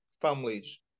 families